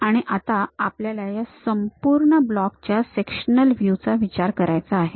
आणि आता आपल्याला या संपूर्ण ब्लॉक च्या सेक्शनल व्ह्यू चा विचार करायचा आहे